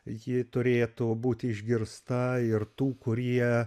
ji turėtų būti išgirsta ir tų kurie